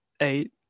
eight